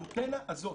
האנטנה הזאת